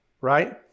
right